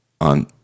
on